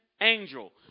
angel